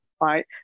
right